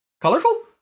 colorful